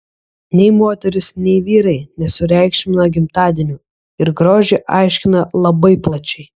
nei moterys nei vyrai nesureikšmina gimtadienių ir grožį aiškina labai plačiai